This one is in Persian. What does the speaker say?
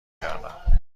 کردم